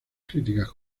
críticas